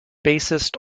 bassist